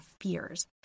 fears